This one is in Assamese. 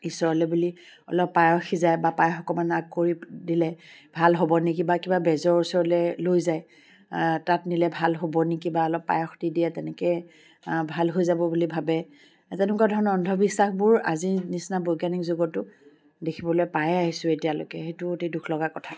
ঈশ্বৰলৈ বুলি অলপ পায়স সিজাই বা পায়স অকণমান আগ কৰি দিলে ভাল হ'ব নেকি বা কিবা বেজৰ ওচৰলৈ লৈ যায় তাত নিলে ভাল হ'ব নেকি বা অলপ পায়স দি দিয়ে তেনেকৈ ভাল হৈ যাব বুলি ভাবে তেনেকুৱা ধৰণৰ অন্ধবিশ্বাসবোৰ আজিৰ নিচিনা বৈজ্ঞানিক যুগতো দেখিবলৈ পাই আহিছো এতিয়া লৈকে সেইটোও অতি দুখ লগা কথা